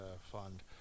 fund